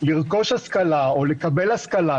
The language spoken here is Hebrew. לרכוש השכלה או לקבל השכלה,